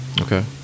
Okay